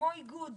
כמו איגוד,